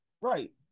Right